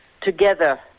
together